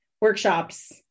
workshops